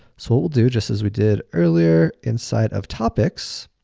so, what we'll do, just as we did earlier inside of topics,